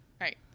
Right